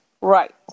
right